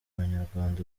abanyarwanda